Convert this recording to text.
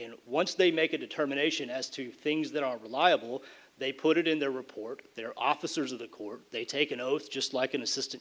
and once they make a determination as to things that are reliable they put it in their report their officers of the corps they take an oath just like an assistant